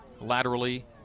laterally